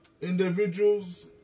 individuals